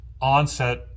onset